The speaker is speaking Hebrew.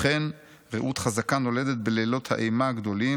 אכן רעות חזקה נולדת בלילות האימה הגדולים